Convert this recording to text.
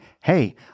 hey